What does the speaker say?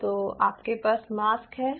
तो आपके पास मास्क है